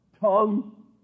tongue